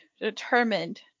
determined